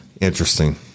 interesting